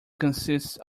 consists